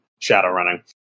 Shadowrunning